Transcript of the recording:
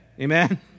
Amen